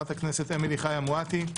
אמילי חיה מועטי,